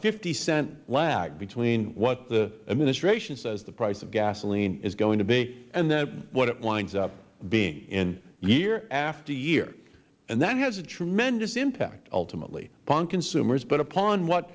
fifty cents lag between what the administration says the price of gasoline is going to be and then what it winds up being in year after year and that it has a tremendous impact not only upon consumers but upon what